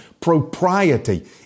Propriety